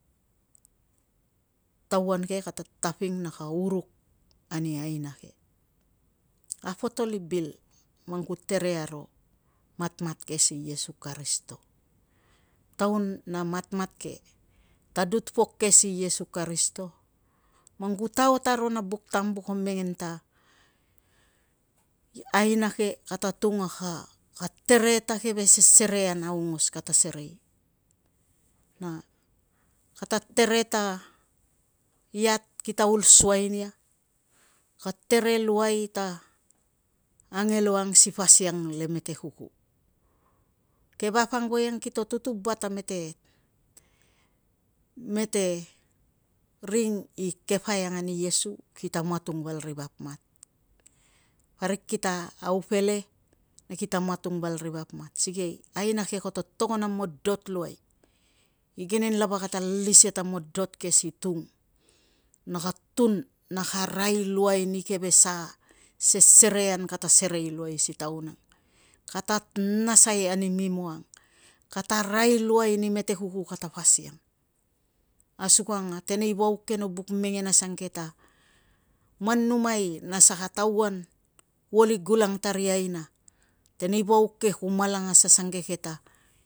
Tauan ke kata taping na ka uruk ani aina ke. Apotol i bil man ku tere aro, matmat ke si iesu karisito, taun a matamat ke, tadut pok ke si iesu karisito, man ku taot aro na buk tambu ko mengen ta aina ke kata tung na ka tere ta keve sersereian aongos kata serei, na kata tere ta iat kita ul suai nia, kata tere luai ta angelo ang si pasiang le mete kuku. Ke vap ang voiang kito tutubat a mete ring i kepai ang ani iesu, kita matung val ri vap mat, parik kita aupele kita matung val ri vap mat, sikei aina ke koto togon a modot luai, igenen lava kata alis ia ta modot ke, si tung na ka tun na ka arai luai ni keve sesereian kata serei luai si taun ang. Kata nasai ni mimo ang, kata arai luai ni mete kuku kata pasiang. Asukang tenei vauk ke no buk mengen asangeke ta man numai na saka tauan kuo uli gulang ta ri aina, tenei vauk ke ku malangas asangeke ta